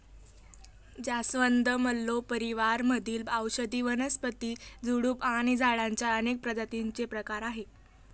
जास्वंद, मल्लो परिवार मधील औषधी वनस्पती, झुडूप आणि झाडांच्या अनेक प्रजातींचे प्रकार आहे